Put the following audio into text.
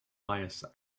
bias